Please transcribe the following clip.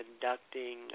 conducting